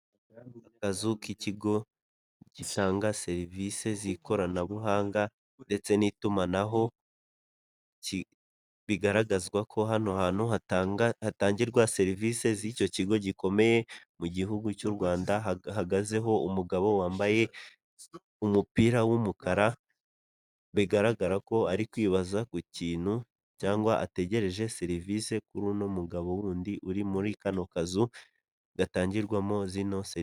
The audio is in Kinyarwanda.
Akazu k'ikigo gitanga serivisi z'ikoranabuhanga ndetse n'itumanaho bigaragazwa ko hano hantu ha hatangirwa serivisi z'icyo kigo gikomeye mu gihugu cy'u Rwanda hahagazeho umugabo wambaye umupira w'umukara bigaragara ko ari kwibaza ku kintu cyangwa ategereje serivisikuru n'umugabo wundi uri muri kano kazu gatangirwamo zino serivisi.